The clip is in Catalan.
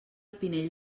pinell